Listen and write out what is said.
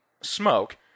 smoke